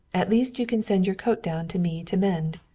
at least you can send your coat down to me to mend.